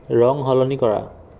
ৰং সলনি কৰা